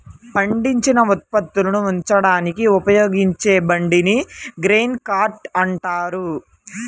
పండించిన ఉత్పత్తులను ఉంచడానికి ఉపయోగించే బండిని గ్రెయిన్ కార్ట్ అంటారు